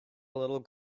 little